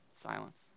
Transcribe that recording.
Silence